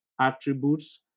attributes